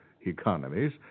economies